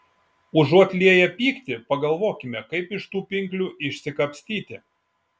užuot lieję pyktį pagalvokime kaip iš tų pinklių išsikapstyti